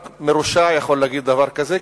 רק מרושע יכול להגיד דבר כזה,